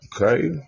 Okay